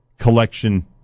collection